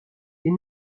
des